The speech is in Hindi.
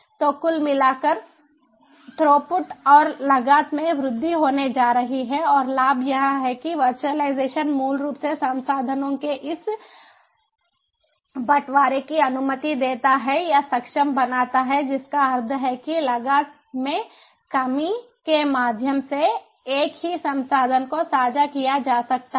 तो कुल मिलाकर थ्रूपुट और लागत में वृद्धि होने जा रही है और लाभ यह है कि वर्चुअलाइजेशन मूल रूप से संसाधनों के इस बंटवारे की अनुमति देता है या सक्षम बनाता है जिसका अर्थ है कि लागत में कमी के माध्यम से एक ही संसाधन को साझा किया जा सकता है